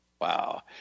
Wow